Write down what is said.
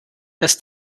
dass